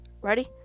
Ready